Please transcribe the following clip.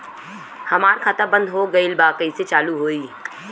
हमार खाता बंद हो गईल बा कैसे चालू होई?